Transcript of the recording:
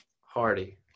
Hardy